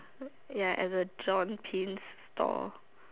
ya at the John Pins store